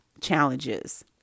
challenges